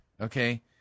Okay